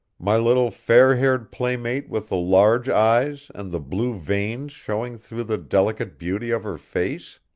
my little fair-haired playmate with the large eyes and the blue veins showing through the delicate beauty of her face?